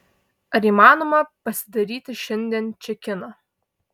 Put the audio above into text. ar įmanoma pasidaryti šiandien čekiną